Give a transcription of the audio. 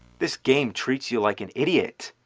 this game treats you like an idiot!